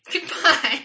Goodbye